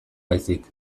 baizik